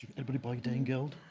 anybody buying dane geld?